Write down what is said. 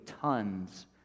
tons